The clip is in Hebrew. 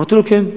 אמרתי לו: כן.